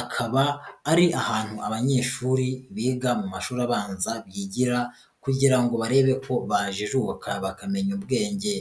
akaba ari ahantu abanyeshuri biga mu mashuri abanza bigira kugira ngo barebe ko bajijuka bakamenya ubwenge.